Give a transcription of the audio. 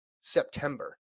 September